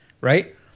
right